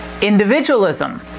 individualism